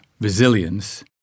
resilience